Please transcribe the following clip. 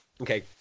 Okay